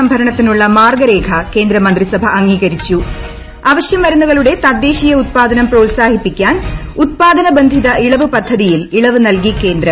സംഭരണത്തിനുള്ള മർഗരേഖ് കേന്ദ്ര മന്ത്രിസഭ അംഗീകരിച്ചു അവശ്യമരുന്നുകളുടെ തുട്ടേൾീയ ഉത്പാദനം പ്രോത്സാഹിപ്പിക്കാൻ ഉൽപാദന ബന്ധിത ഇളവ് പദ്ധതിയിൽ ഇളവ് നൽകി കേന്ദ്രം